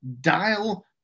Dial